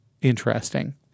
interesting